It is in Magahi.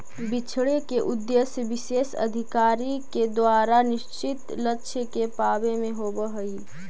बिछड़े के उद्देश्य विशेष अधिकारी के द्वारा निश्चित लक्ष्य के पावे में होवऽ हई